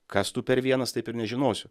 kas tu per vienas taip ir nežinosiu